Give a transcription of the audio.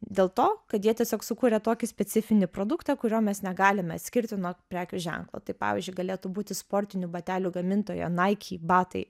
dėl to kad jie tiesiog sukūrė tokį specifinį produktą kurio mes negalime atskirti nuo prekių ženklo tai pavyzdžiui galėtų būti sportinių batelių gamintojo naiki batai